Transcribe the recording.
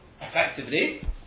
effectively